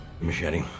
Machete